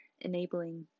enabling